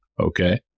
Okay